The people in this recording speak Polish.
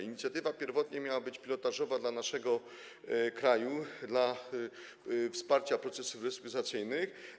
Inicjatywa pierwotnie miała być pilotażowa dla naszego kraju, dla wsparcia procesów restrukturyzacyjnych.